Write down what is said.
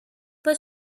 but